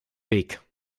weg